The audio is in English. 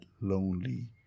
lonely